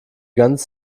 ganze